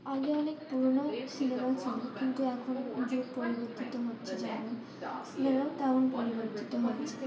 আগে অনেক পুরনো সিনেমা ছিল কিন্তু এখন যুগ পরিবর্তিত হচ্ছে যেমন সিনেমাও তেমন পরিবর্তিত হয়েছে